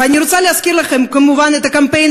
ואני רוצה להזכיר לכם כמובן את הקמפיין